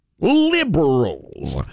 liberals